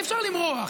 אי-אפשר למרוח,